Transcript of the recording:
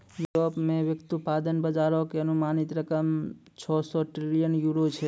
Europe मे व्युत्पादन बजारो के अनुमानित रकम छौ सौ ट्रिलियन यूरो छै